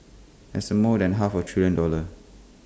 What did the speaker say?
that's more than half A trillion dollars